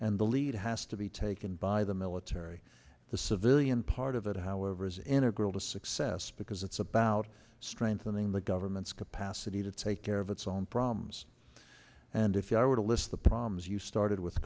and the lead has to be taken by the military the civilian part of it however is integral to success because it's about strengthening the governments capacity to take care of its own problems and if i were to list the problems you started with